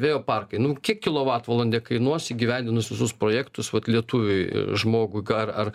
vėjo parkai nu kiek kilovatvalandė kainuos įgyvendinus visus projektus vat lietuviui žmogui gar ar